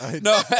No